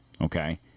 Okay